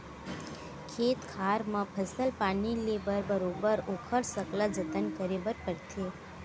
खेत खार म फसल पानी ले बर बरोबर ओखर सकला जतन करे बर परथे